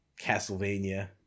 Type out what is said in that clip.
Castlevania